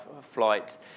flight